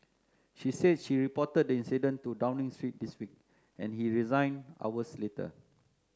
she said she reported the incident to Downing Street this week and he resigned hours later